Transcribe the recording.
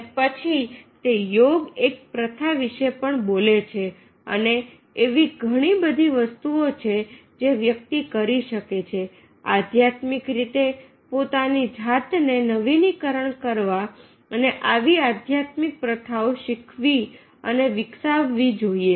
અને પછી તે યોગ એક પ્રથા વિશે પણ બોલે છે અને એવી ઘણી બધી વસ્તુઓ છે જે વ્યક્તિ કરી શકે છે આધ્યાત્મિક રીતે પોતાની જાતને નવીનીકરણ કરવા અને આવી આધ્યાત્મિક પ્રથાઓ શીખવી અને વિકસાવવી જોઈએ